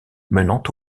menant